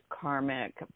karmic